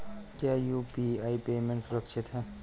क्या UPI payment सुरक्षित है?